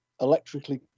electrically